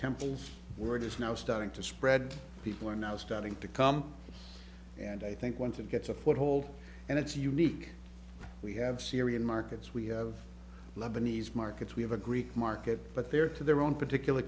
temples we're just now starting to spread people are now starting to come and i think once it gets a foothold and it's unique we have syrian markets we have lebanese markets we have a greek market but they're to their own particular